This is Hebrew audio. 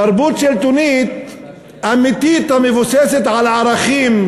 תרבות שלטונית אמיתית המבוססת על ערכים,